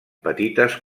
petites